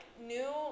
new